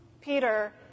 Peter